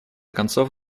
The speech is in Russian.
концов